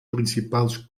principals